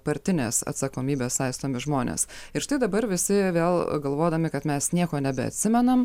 partinės atsakomybės saistomi žmonės ir štai dabar visi vėl galvodami kad mes nieko nebeatsimenam